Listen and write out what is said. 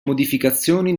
modificazioni